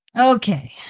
Okay